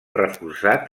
reforçat